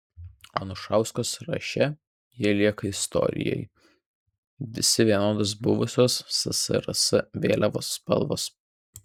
anušausko sąraše jie lieka istorijai visi vienodos buvusios ssrs vėliavos spalvos